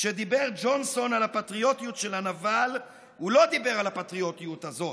כשדיבר ג'ונסון על הפטריוטיות של הנבל הוא לא דיבר על הפטריוטיות הזאת,